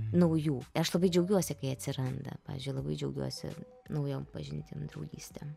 naujų aš labai džiaugiuosi kai atsiranda pavyzdžiui labai džiaugiuosi naujom pažintim draugystėm